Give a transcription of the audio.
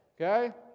Okay